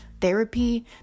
therapy